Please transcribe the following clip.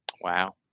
wow